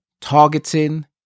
Targeting